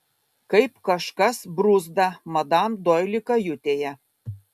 kaip kažkas bruzda madam doili kajutėje